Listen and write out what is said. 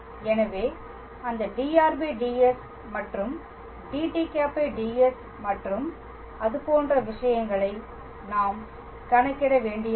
எனவே அந்த dr ds மற்றும் dt̂ ds மற்றும் அது போன்ற விஷயங்களை நாம் கணக்கிட வேண்டியதில்லை